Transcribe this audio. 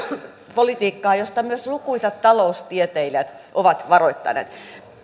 politiikkaa josta myös lukuisat taloustieteilijät ovat varoittaneet